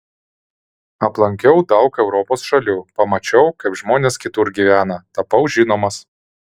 aplankiau daug europos šalių pamačiau kaip žmonės kitur gyvena tapau žinomas